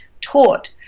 taught